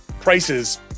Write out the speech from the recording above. prices